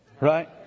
right